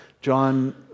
John